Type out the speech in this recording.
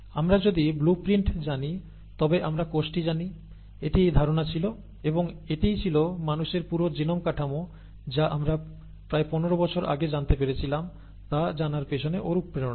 আমরা যদি ব্লুপ্রিন্ট জানি তবে আমরা কোষটি জানি এটি ধারণাছিল এবং এটিই ছিল মানুষের পুরো জিনোম কাঠামো যা আমরা প্রায় 15 বছর আগে জানতে পেরেছিলাম তা জানার পিছনে অনুপ্রেরণা